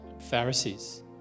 Pharisees